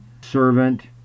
servant